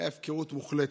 הייתה הפקרות מוחלטת.